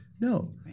no